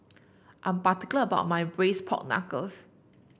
I'm particular about my Braised Pork Knuckle